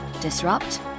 disrupt